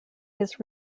his